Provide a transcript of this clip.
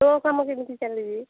ତୋ କାମ କେମିତି ଚାଲିଛି